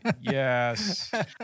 Yes